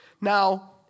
Now